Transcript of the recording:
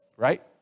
Right